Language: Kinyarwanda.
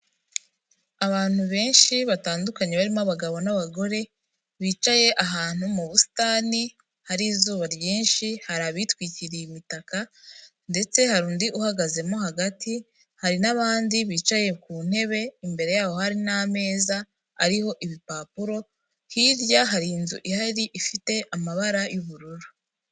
Abantu benshi batandukanye barimo abagabo n'abagore bicaye ahantu mu busitani hari izuba ryinshi, hari abitwikiriye imitaka ndetse hari undi uhagazemo hagati hari n'abandi bicaye ku ntebe imbere yaho hari n'ameza ariho ibipapuro, hirya hari inzu ihari ifite amabara y'ubururu.